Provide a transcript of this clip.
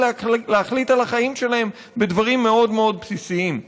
להחליט על החיים שלהם בדברים מאוד מאוד בסיסיים.